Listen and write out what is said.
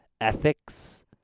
ethics